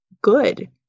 good